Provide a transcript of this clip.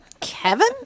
kevin